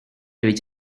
which